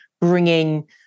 bringing